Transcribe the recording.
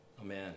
Amen